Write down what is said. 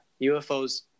UFOs